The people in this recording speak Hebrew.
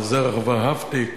על זרח ורהפטיג